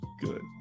good